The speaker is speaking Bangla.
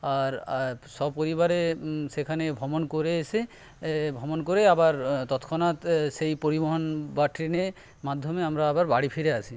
আর আর সপরিবারে সেখানে ভ্রমণ করে এসে ভ্রমণ করে আবার তৎক্ষণাৎ সেই পরিবহন বা ট্রেনে মাধ্যমে আমরা আবার বাড়ি ফিরে আসি